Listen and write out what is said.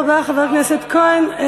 תודה רבה, חבר הכנסת כהן.